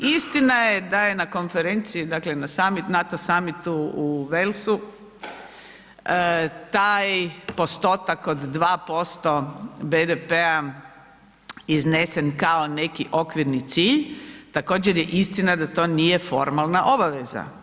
Istina je da je na konferenciji, dakle na NATO samitu u Velsu taj postotak od 2% BDP-a iznesen kao neki okvirni cilj, također je istina da to nije formalna obaveza.